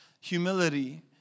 humility